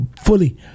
fully